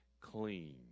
clean